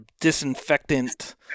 disinfectant